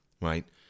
right